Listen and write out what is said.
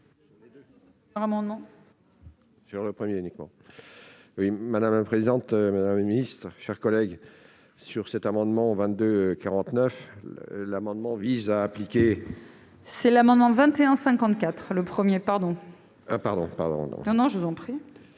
madame présente Madame le Ministre, chers collègues, sur cet amendement 22 49 l'amendement vise à appliquer. C'est là maintenant 21 54 le 1er pardon pardon pardon, non, non, je vous en prie.